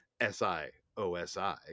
S-I-O-S-I